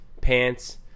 pants